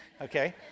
Okay